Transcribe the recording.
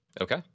Okay